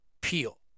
Peel